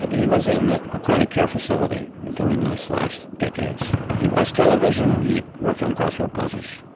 he was in a ah chronic care facility during those last decades, he watched television, he worked on crossword puzzles,